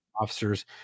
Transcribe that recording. officers